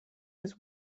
was